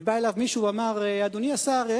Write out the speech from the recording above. ובא אליו מישהו ואמר: אדוני השר,